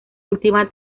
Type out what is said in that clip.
última